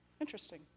interesting